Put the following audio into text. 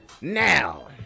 now